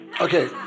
Okay